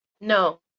No